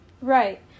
Right